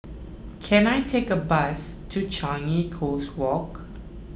can I take a bus to Changi Coast Walk